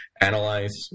analyze